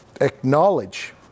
acknowledge